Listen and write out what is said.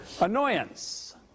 Annoyance